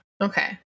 Okay